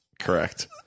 Correct